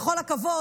בכל הכבוד,